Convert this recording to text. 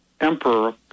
emperor